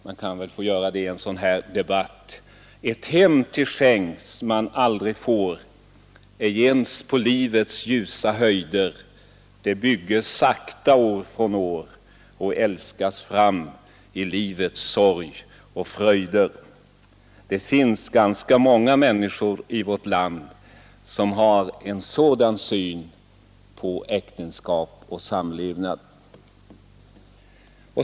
Det kan väl vara tillåtet i en sådan här debatt: ”Ett hem till skänks man aldrig får ej ens på livets ljusa höjder och älskas fram i livets sorg och fröjder.” Det finns ganska många människor i vårt land som har en sådan syn på äktenskap och samlevnad.